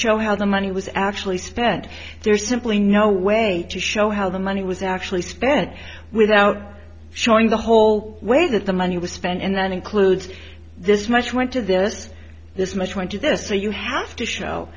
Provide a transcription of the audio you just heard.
show how the money was actually spent there is simply no way to show how the money was actually spent without showing the whole way that the money was spent and then includes this much went to this this much went to this so you have to show